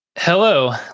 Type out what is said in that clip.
Hello